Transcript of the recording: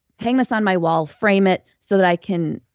hang this on my wall, frame it, so that i can,